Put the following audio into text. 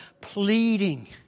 pleading